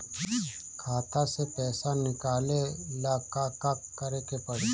खाता से पैसा निकाले ला का का करे के पड़ी?